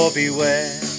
beware